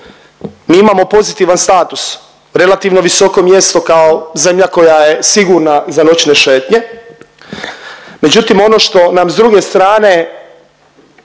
mi imamo pozitivan status, relativno visoko mjesto kao zemlja koja je sigurna za noćne šetnje, međutim ono što nam s druge strane